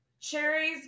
cherries